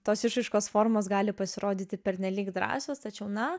tos išraiškos formos gali pasirodyti pernelyg drąsios tačiau na